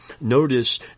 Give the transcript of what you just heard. Notice